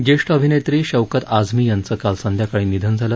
ज्येष्ठ अभिनेत्री शौकत आझमी यांचं काल संध्याकाळी निधन झालं